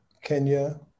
Kenya